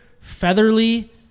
featherly